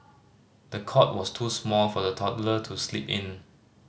the cot was too small for the toddler to sleep in